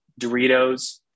Doritos